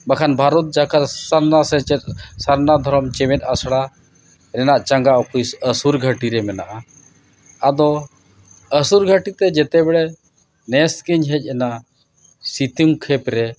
ᱵᱟᱠᱷᱟᱱ ᱵᱷᱟᱨᱚᱛ ᱡᱟᱠᱟᱛ ᱥᱟᱨᱱᱟ ᱥᱮᱪᱮᱫ ᱥᱟᱨᱱᱟ ᱫᱷᱚᱨᱚᱢ ᱪᱮᱢᱮᱫ ᱟᱥᱲᱟ ᱨᱮᱱᱟᱜ ᱪᱟᱸᱜᱟ ᱚᱯᱷᱤᱥ ᱟᱹᱥᱩᱨ ᱜᱷᱟᱹᱴᱤ ᱨᱮ ᱢᱮᱱᱟᱜᱼᱟ ᱟᱫᱚ ᱟᱹᱥᱩᱨ ᱜᱷᱟᱹᱴᱤᱛᱮ ᱡᱮᱛᱮ ᱵᱟᱲᱮ ᱱᱮᱥ ᱜᱤᱧ ᱦᱮᱡ ᱮᱱᱟ ᱥᱤᱛᱤᱝ ᱠᱷᱮᱯ ᱨᱮ